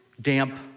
damp